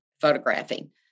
photographing